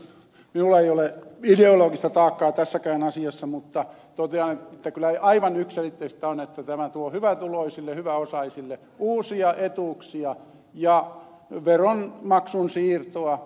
minulla ei ole ideologista taakkaa tässäkään asiassa mutta totean että kyllä aivan yksiselitteistä on että tämä tuo hyvätuloisille hyväosaisille uusia etuuksia ja veronmaksun siirtoa